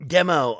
Demo